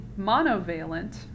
monovalent